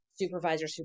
supervisor